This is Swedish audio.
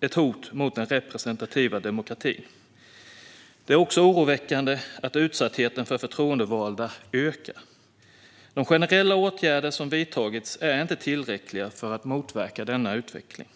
ett hot mot den representativa demokratin. Det är också oroväckande att utsattheten för förtroendevalda ökar. De generella åtgärder som har vidtagits är inte tillräckliga för att motverka denna utveckling.